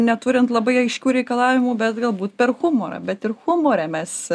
neturint labai aiškių reikalavimų bet galbūt per humorą bet ir humore mes